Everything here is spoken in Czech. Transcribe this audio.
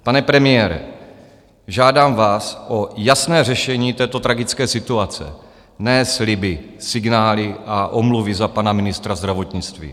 Pane premiére, žádám vás o jasné řešení této tragické situace, ne sliby, signály a omluvy za pana ministra zdravotnictví.